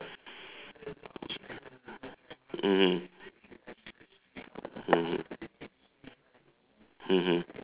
mmhmm mmhmm mmhmm